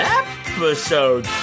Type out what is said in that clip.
episode